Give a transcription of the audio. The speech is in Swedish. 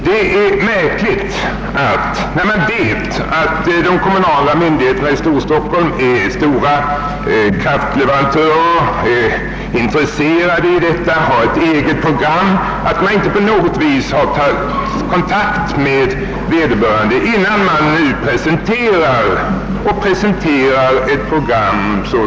Det är märkligt att man — när man vet att de kommunala myndigheterna i Storstockholm, som är stora kraftleverantörer, är intresserade av detta och har egna program — inte på något vis tagit kontakt med vederbörande myndigheter innan man presenterat sitt program.